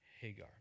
Hagar